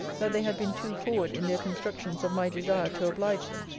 that they had been too forward in their constructions of my desire to oblige them.